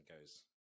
goes